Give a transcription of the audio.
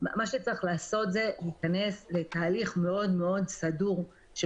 מה שצריך לעשות זה להתכנס לתהליך מאוד מאוד סדור של